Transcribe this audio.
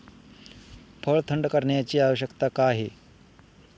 फळ थंड करण्याची आवश्यकता का आहे?